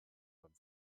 beim